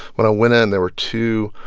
when i went in, there were two